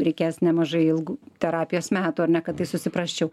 reikės nemažai ilgų terapijos metų ar ne kad tai susiprasčiau